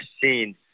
seen